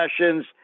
sessions